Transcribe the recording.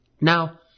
Now